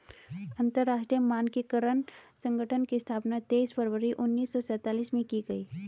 अंतरराष्ट्रीय मानकीकरण संगठन की स्थापना तेईस फरवरी उन्नीस सौ सेंतालीस में की गई